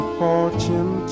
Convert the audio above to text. fortune